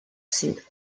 suit